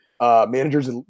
managers